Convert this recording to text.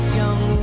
young